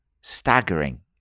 staggering